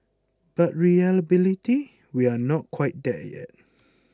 but reliability we are not quite there yet